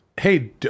hey